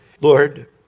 Lord